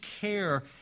care